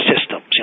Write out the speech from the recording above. systems